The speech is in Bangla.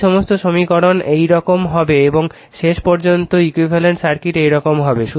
এই সমস্ত সমীকরণ এইরকম হবে এবং শেষ পর্যন্ত ইকুইভ্যালেন্ট সার্কিট এইরকম হবে